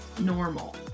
normal